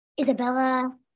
Isabella